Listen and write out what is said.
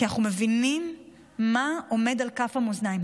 כי אנחנו מבינים מה עומד על כף המאזניים.